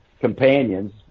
companions